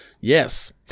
Yes